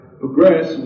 progress